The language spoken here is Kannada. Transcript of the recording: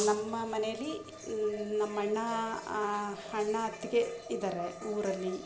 ನಮ್ಮ ಮನೇಲಿ ನಮ್ಮ ಅಣ್ಣ ಅಣ್ಣ ಅತ್ತಿಗೆ ಇದ್ದಾರೆ ಊರಲ್ಲಿ